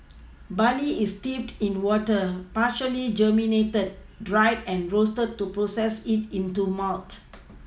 barley is steeped in water partially germinated dried and roasted to process it into malt